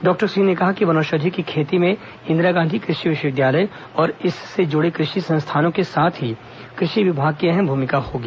doctor Singh ने कहा कि वनौषधि की खेती में इंदिरा गांधी कृषि विश्वविद्यालय और इससे जुड़े कृषि संस्थानों के साथ ही कृषि विभाग की अहम भूमिका होगी